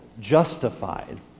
justified